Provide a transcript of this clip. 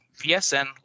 VSN